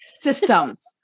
systems